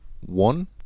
One